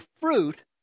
fruit